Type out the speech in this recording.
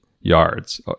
yards